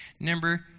Number